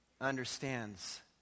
understands